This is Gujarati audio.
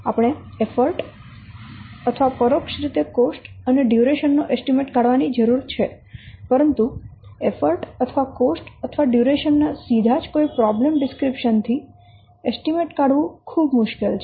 આપણે એફર્ટ અથવા પરોક્ષ રીતે કોસ્ટ અને ડ્યુરેશન નો એસ્ટીમેટ કાઢવાની જરૂર છે પરંતુ એફર્ટ અથવા કોસ્ટ અથવા ડ્યુરેશન ના સીધા જ કોઈ પ્રોબ્લેમ ડિસ્ક્રિપ્શન થી એસ્ટીમેટ કાઢવું ખૂબ મુશ્કેલ છે